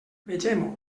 vegem